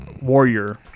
Warrior